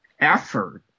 effort